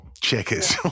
checkers